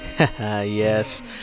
Yes